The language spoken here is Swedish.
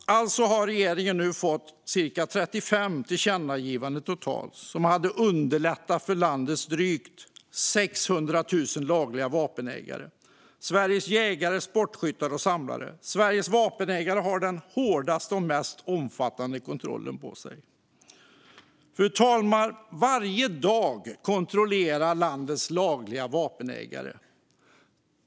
Regeringen har alltså totalt fått cirka 35 tillkännagivanden som hade underlättat för landets drygt 600 000 lagliga vapenägare - Sveriges jägare, sportskyttar och samlare. Sveriges vapenägare är underställda den hårdaste och mest omfattande kontrollen. Fru talman! Varje dag kontrolleras landets lagliga vapenägare.